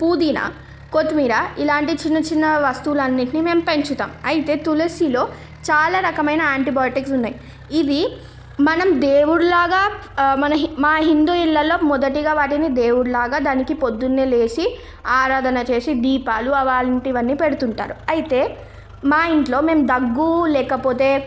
పుదీనా కొత్తిమీర ఇలాంటి చిన్న చిన్న వస్తువులన్నిటిని మేము పెంచుతాం అయితే తులసిలో చాలా రకమైన యాంటీబయోటిక్స్ ఉన్నాయి ఇది మనం దేవుడులాగ మని మా హిందూ ఇళ్లలో మొదటిగా వాటిని దేవుడులాగ దానికి పొద్దున్న లేచి ఆరాధన చేసి దీపాలు అలాంటివి అన్నీ పెడుతుంటారు అయితే మా ఇంట్లో మేము దగ్గు లేకపోతే